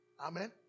Amen